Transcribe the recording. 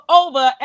over